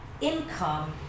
income